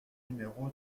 numéro